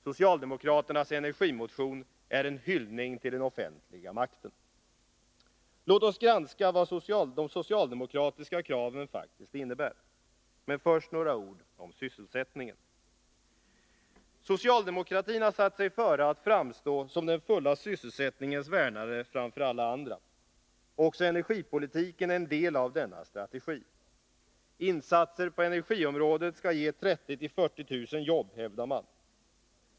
Socialdemokraternas energimotion är en hyllning till den offentliga makten. Låt oss granska vad de socialdemokratiska kraven faktiskt innebär. Men först några ord om sysselsättningen. Socialdemokratin har satt sig före att framstå som en den fulla sysselsättningens värnare framför alla andra. Också energipolitiken är en del av denna strategi. Insatser på energiområdet skall ge 30 000-40 000 jobb, hävdar man.